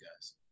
guys